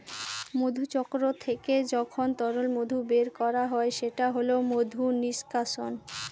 মধুচক্র থেকে যখন তরল মধু বের করা হয় সেটা হল মধু নিষ্কাশন